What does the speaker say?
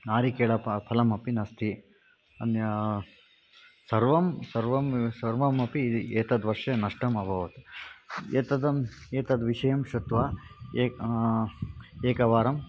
नारिकेल फलमपि नास्ति अन्यत् सर्वं सर्वं सर्वमपि एतद्वर्षे नष्टम् अभवत् एतद् एतद्विषयं श्रुत्वा एका एकवारं